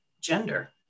gender